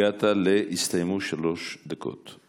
הגעת, הסתיימו שלוש דקות.